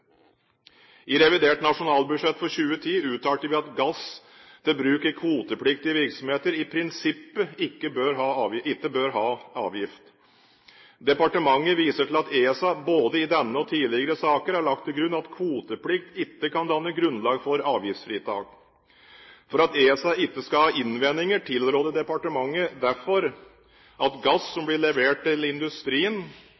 I revidert nasjonalbudsjett for 2010 uttalte vi at gass til bruk i kvotepliktige virksomheter i prinsippet ikke bør ha avgift. Departementet viser til at ESA både i denne og i tidligere saker har lagt til grunn at kvoteplikt ikke kan danne grunnlag for avgiftsfritak. For at ESA ikke skal ha innvendinger, tilråder departementet derfor at gass